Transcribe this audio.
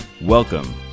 Welcome